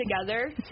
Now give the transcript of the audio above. together